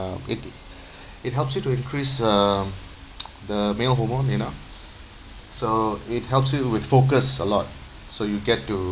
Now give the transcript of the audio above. it it helps you to increase uh the male hormone you know so it helps you with focus a lot so you get to